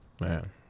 Man